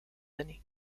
années